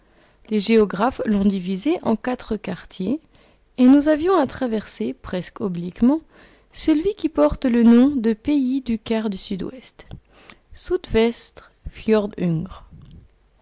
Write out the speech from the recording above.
les géographes l'ont divisée en quatre quartiers et nous avions à traverser presque obliquement celui qui porte le nom de pays du quart du sud-ouest sudvestr fjordùngr